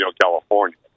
California